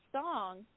song